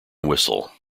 whistle